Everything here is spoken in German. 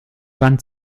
wand